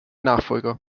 nachfolger